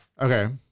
okay